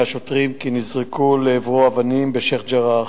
השוטרים כי נזרקו לעברו אבנים בשיח'-ג'ראח.